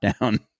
down